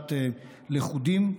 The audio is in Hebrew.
והצלת לכודים,